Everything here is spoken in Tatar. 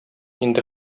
инде